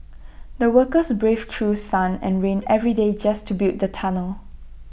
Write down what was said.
the workers braved through sun and rain every day just to build the tunnel